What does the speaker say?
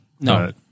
No